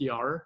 PR